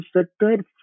sector